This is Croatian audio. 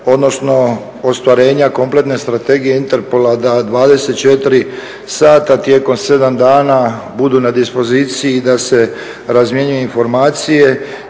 odnosno ostvarenja kompletne strategije Interpola da 24 sata tijekom 7 dana budu na dispoziciji i da se razmjenjuju informacije.